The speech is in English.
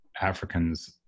Africans